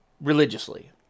religiously